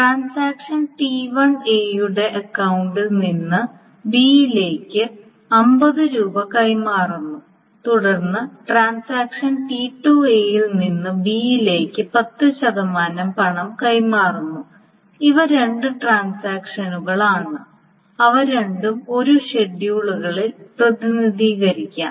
ഇടപാട് T1 A യുടെ അക്കൌണ്ടിൽ നിന്ന് B ലേക്ക് 50 രൂപ കൈമാറുന്നു തുടർന്ന് ട്രാൻസാക്ഷൻ T2 A യിൽ നിന്ന് B ലേക്ക് 10 ശതമാനം പണം കൈമാറുന്നു ഇവ രണ്ട് ട്രാൻസാക്ഷനുകളാണ് അവ രണ്ടും ഒരു ഷെഡ്യൂളിൽ പ്രതിനിധീകരിക്കാം